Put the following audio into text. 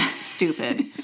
stupid